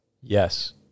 Yes